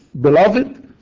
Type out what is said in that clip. beloved